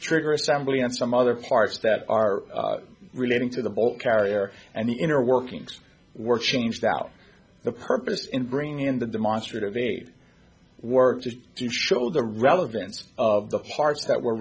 trigger assembly and some other parts that are relating to the ball carrier and the inner workings were changed out the purpose in bringing in the demonstrative aid were just to show the relevance of the parts that were